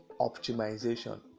optimization